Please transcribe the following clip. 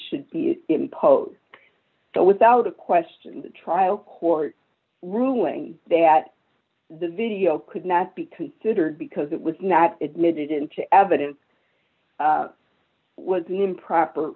should be imposed without a question trial court ruling that the video could not be considered because it was not admitted into evidence was the improper